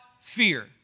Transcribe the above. fear